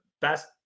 best